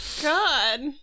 God